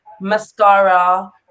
mascara